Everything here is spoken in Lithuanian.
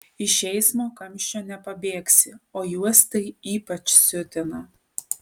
iš eismo kamščio nepabėgsi o juos tai ypač siutina